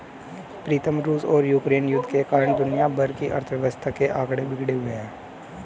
प्रीतम रूस और यूक्रेन युद्ध के कारण दुनिया भर की अर्थव्यवस्था के आंकड़े बिगड़े हुए